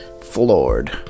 floored